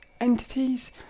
entities